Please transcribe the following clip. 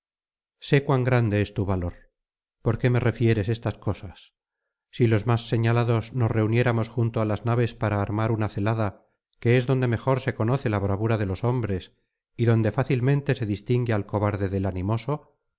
sé cuan grande es tu valor por qué me refieres estas cosas si los más señalados nos reuniéramos junto á las naves para armar una celada que es donde mejor se conoce la bravura de los hombres y donde fácilmente se distingue al cobarde del animoso